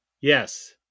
Yes